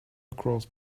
across